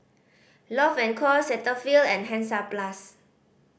Love and Co Cetaphil and Hansaplast